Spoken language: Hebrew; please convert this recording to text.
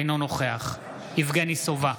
אינו נוכח יבגני סובה,